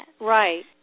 Right